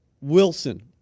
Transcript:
Wilson